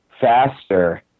faster